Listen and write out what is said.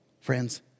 friends